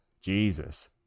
Jesus